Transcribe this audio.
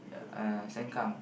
uh Sengkang